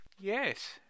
Yes